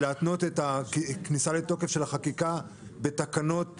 להתנות את הכניסה לתוקף של החקיקה בתקנות מפורטות,